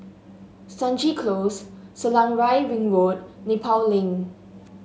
Stangee Close Selarang Ring Road Nepal Link